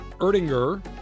Erdinger